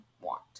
want